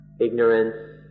ignorance